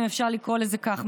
אם אפשר לקרוא לזה כך,